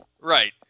Right